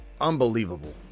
unbelievable